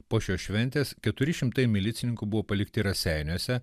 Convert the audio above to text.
po šios šventės keturi šimtai milicininkų buvo palikti raseiniuose